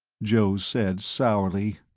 joe said sourly.